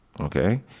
Okay